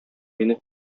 мине